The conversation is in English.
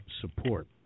support